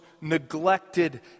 neglected